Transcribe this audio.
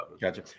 Gotcha